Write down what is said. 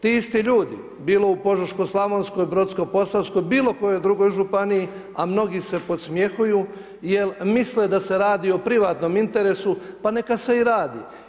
Ti isti ljudi bilo u Požeško-slavonskoj, Brodsko-posavskoj, bilo kojoj drugoj županiji, a mnogi se podsmjehuju jer misle da se radi o privatnom interesu, pa neka se i radi.